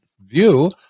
view